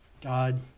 God